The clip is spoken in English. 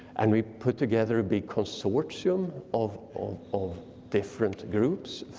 and we put together a big consortium of of different groups,